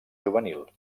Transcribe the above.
juvenil